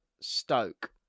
Stoke